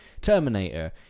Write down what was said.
Terminator